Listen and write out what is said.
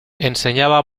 enseñaba